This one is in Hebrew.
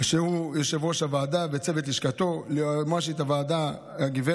ולצוות לשכתו, ליועמ"שית הוועדה הגב'